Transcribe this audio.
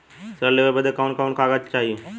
ऋण लेवे बदे कवन कवन कागज चाही?